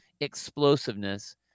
explosiveness